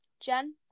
Jen